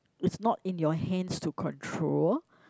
it's not in your hands to control